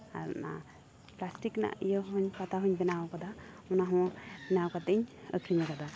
ᱟᱨ ᱚᱱᱟ ᱯᱞᱟᱥᱴᱤᱠ ᱨᱮᱱᱟᱜ ᱤᱭᱟᱹ ᱦᱚᱸᱧ ᱯᱟᱛᱟ ᱦᱚᱸᱧ ᱵᱮᱱᱟᱣ ᱟᱠᱟᱫᱟ ᱚᱱᱟᱦᱚᱸ ᱵᱮᱱᱟᱣ ᱠᱟᱛᱮᱫ ᱤᱧ ᱟᱹᱠᱷᱨᱤᱧ ᱟᱠᱟᱫᱟ